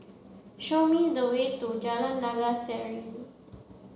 show me the way to Jalan Naga Sari